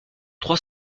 trois